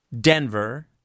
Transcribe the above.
Denver